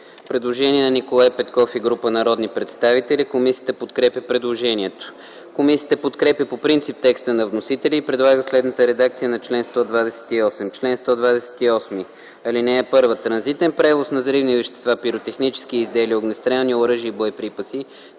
предложение на Николай Петков и група народни представители. Комисията подкрепя предложението. Комисията подкрепя по принцип текста на вносителя и предлага следната редакция на чл. 128: „Чл. 128. (1) Транзитен превоз на взривни вещества, пиротехнически изделия, огнестрелни оръжия и боеприпаси